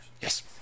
Yes